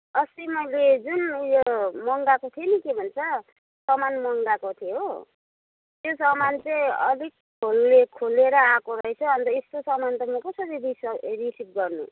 अस्ति मैले जुन उयो मँगाएको थिएँ नि के भन्छ सामान मँगाएको थिएँ हो त्यो सामान चाहिँ अलिक खोल्ले खोलिएर आएको रहेछ अन्त यस्तो सामान त म कसरी रिसाउ रिसिभ गर्नु